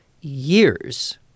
years